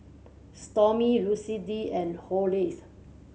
Stormy Lucindy and Horace